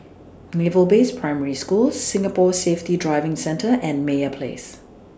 Naval Base Primary School Singapore Safety Driving Centre and Meyer Place